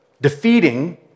defeating